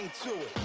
ah to